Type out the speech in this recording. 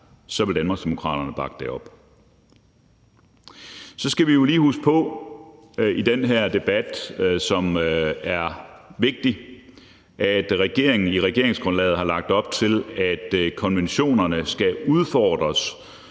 er, vil Danmarksdemokraterne bakke det op. Så skal vi jo lige huske på i den her debat, som er vigtig, at regeringen i regeringsgrundlaget har lagt op til, at konventionerne skal udfordres